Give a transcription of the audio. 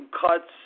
cuts